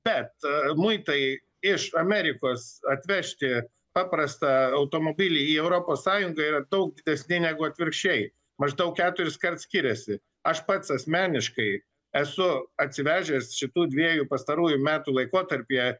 bet muitai iš amerikos atvežti paprastą automobilį į europos sąjungą yra daug didesni negu atvirkščiai maždaug keturiskart skiriasi aš pats asmeniškai esu atsivežęs šitų dviejų pastarųjų metų laikotarpyje